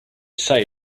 say